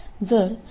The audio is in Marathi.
जर VS6